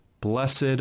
Blessed